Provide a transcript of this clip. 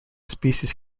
species